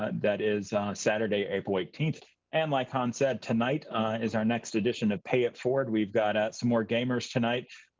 ah that is saturday, april eighteenth. and. like hans said, tonight is our next edition of pay it forward. we've got some more gamers tonight.